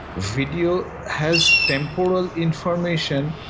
video has temporal information,